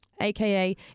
AKA